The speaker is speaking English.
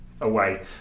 Away